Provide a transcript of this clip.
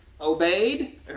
obeyed